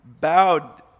bowed